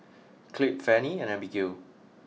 Clabe Fannie and Abigale